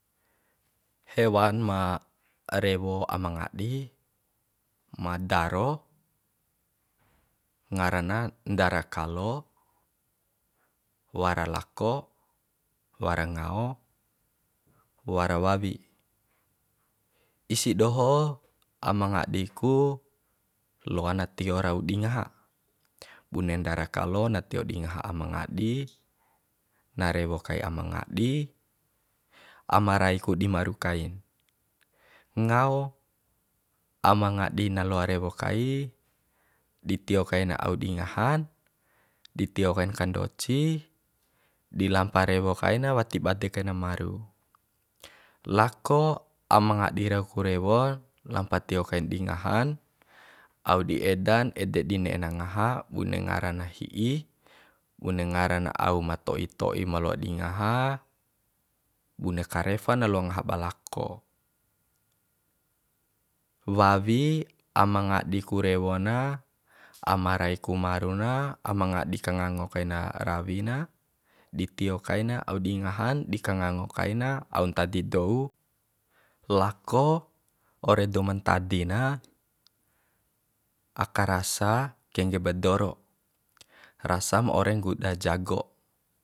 Hewan ma rewo ama ngadi ma daro ngara na ndara kalo wara lako wara ngao wara wawi isi doho ama ngadi ku loa na tio rau di ngaha bune ndara kalo na tio di ngaha ama ngadi na rewo kai ama ngadi ama rai ku di maru kain ngao ama ngadi na loa rewo kai di tio kaina au di ngahan di tio kain kandoci di lampa rewo kaina wati bade kaina maru lako ama ngadi rau ku rewon lampa tio kain di ngahan au di edan ede di ne'e na ngaha bune ngara na hi'i bune ngara na au ma to'i to'i ma loa di ngaha bune karefa na loa ngaha ba lako wawi ama ngadi ku rewo na ama rai ku maru na ama ngadi ka ngango kai na rawi na di tio kaina au di ngahan di kangango kai na au ntadi dou lako ore dou ma ntadi na aka rasa kengge ba doro rasam ore ngguda jago